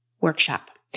workshop